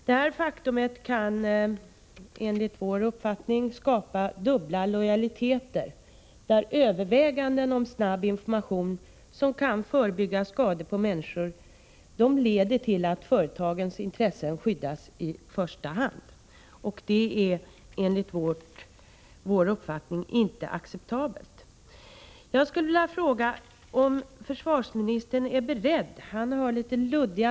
Detta faktum kan enligt vår uppfattning skapa dubbla lojaliteter. Överväganden om snabb information, som kan förebygga skador på människor, leder således till att det i första hand är företagens intressen som skyddas, och det är enligt vår uppfattning inte acceptabelt. Jag skulle vilja ställa några frågor till försvarsministern, eftersom skrivningarna i det här fallet är litet luddiga.